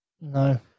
No